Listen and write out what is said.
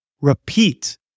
Repeat